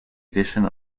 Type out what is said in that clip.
addition